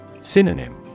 Synonym